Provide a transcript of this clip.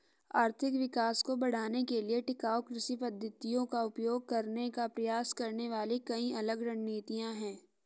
आर्थिक विकास को बढ़ाने के लिए टिकाऊ कृषि पद्धतियों का उपयोग करने का प्रयास करने वाली कई अलग रणनीतियां हैं